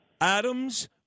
Adams